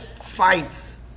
fights